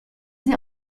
sie